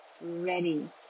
ready